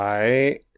Right